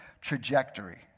trajectory